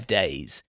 days